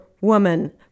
woman